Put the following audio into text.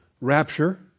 rapture